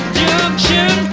junction